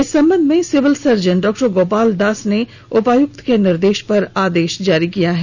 इस संबंध में सिविल सर्जन डॉ गोपाल दास ने उपायुक्त के निर्देश पर आदेश जारी किया है